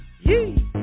Yee